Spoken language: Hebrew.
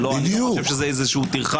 אני לא חושב שזאת איזה טרחה.